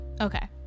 Okay